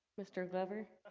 mr. glover